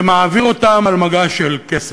ומעביר אותם על מגש של כסף.